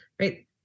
right